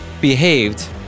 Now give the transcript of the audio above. behaved